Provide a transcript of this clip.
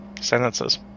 sentences